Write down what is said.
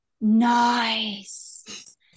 nice